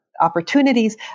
opportunities